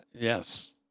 Yes